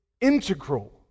integral